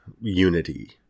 unity